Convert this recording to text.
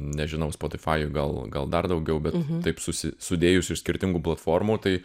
nežinau spotifajuj gal gal dar daugiau bet taip susi sudėjus iš skirtingų platformų tai